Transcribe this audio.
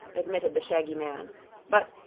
admitted the shaggy man but,